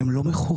הם לא מכורים,